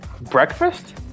Breakfast